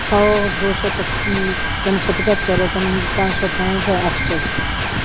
ਸੌ ਦੋ ਸੌ ਪੱਚੀ ਤਿੰਨ ਸੌ ਪਝੱਤਰ ਤਿੰਨ ਪੰਜ ਸੌ ਪੈਂਹਠ ਅੱਠ ਸੌ